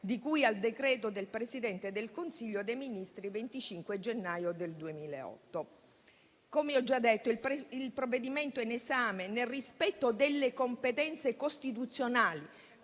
di cui al decreto del Presidente del Consiglio dei ministri del 25 gennaio del 2008. Come ho già detto, il provvedimento in esame, nel rispetto delle competenze costituzionali